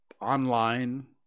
online